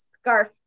scarf